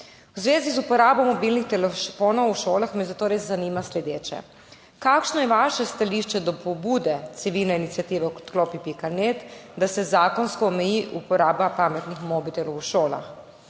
V zvezi z uporabo mobilnih telefonov v šolah me zato res zanima sledeče: Kakšno je vaše stališče do pobude civilne iniciative Odklopi.net, da se zakonsko omeji uporaba pametnih mobitelov v šolah?